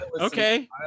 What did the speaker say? okay